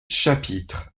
chapitres